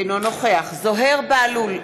אינו נוכח זוהיר בהלול,